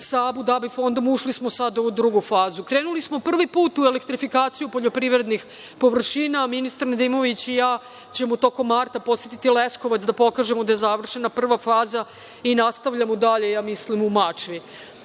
Abu Dabi fondom, ušli smo sada u drugu fazu. Krenuli smo prvi put u elektrifikaciju poljoprivrednih površina. Ministar Nedimović i ja ćemo tokom marta podsetiti Leskovac da pokažemo da je završena prva faza i nastavljamo dalje, ja mislim, u Mačvi. Uveli